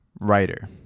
writer